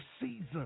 season